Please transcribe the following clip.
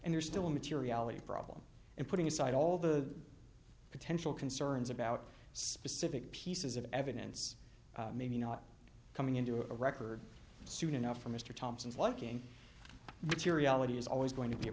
and there's still materiality problem and putting aside all the potential concerns about specific pieces of evidence maybe not coming into a record soon enough for mr thompson's liking but your reality is always going to be a